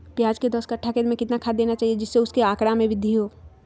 प्याज के दस कठ्ठा खेत में कितना खाद देना चाहिए जिससे उसके आंकड़ा में वृद्धि हो?